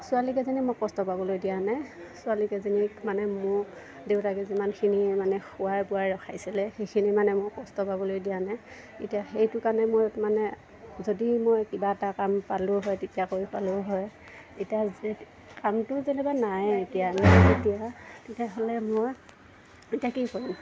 ছোৱালীকেইজনীক মই কষ্ট পাবলৈ দিয়া নাই ছোৱালী কেইজনীক মানে মোক দেউতাকে যিমানখিনি মানে খোৱাই বোৱাই ৰখাইছিলে সেইখিনি মানে মই কষ্ট পাবলৈ দিয়া নাই এতিয়া সেইটো কাৰণে মই মানে যদি মই কিবা এটা কাম পালোঁ হয় তেতিয়া কৰি খালোঁ হয় এতিয়া কামটো যেনিবা নাই এতিয়া তেতিয়াহ'লে মই এতিয়া কি কৰিম